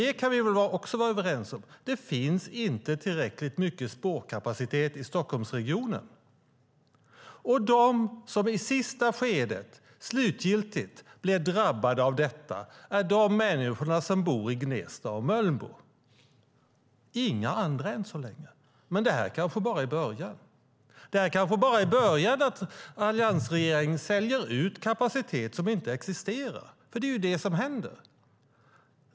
Vi kan nog vara överens om att det inte finns tillräckligt stor spårkapacitet i Stockholmsregionen. De som slutgiltigt drabbas av detta är de människor som bor i Gnesta och Mölnbo, inga andra än så länge. Men det här är kanske bara början? Alliansregeringen säljer kapacitet som inte existerar.